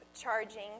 charging